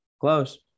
Close